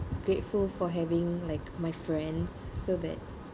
grateful for having like my friends so that